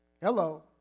hello